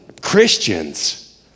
Christians